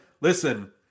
listen